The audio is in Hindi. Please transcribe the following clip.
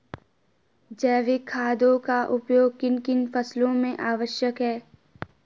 जैविक खादों का उपयोग किन किन फसलों में आवश्यक है?